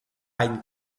any